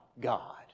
God